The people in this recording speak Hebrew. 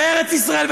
וארץ ישראל,